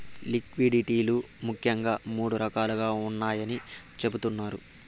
liquidity లు ముఖ్యంగా మూడు రకాలుగా ఉన్నాయని చెబుతున్నారు